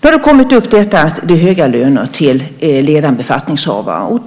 Nu har detta med höga löner till ledande befattningshavare kommit upp.